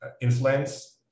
influence